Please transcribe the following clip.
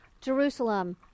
Jerusalem